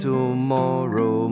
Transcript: Tomorrow